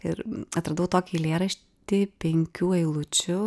ir atradau tokį eilėraštį penkių eilučių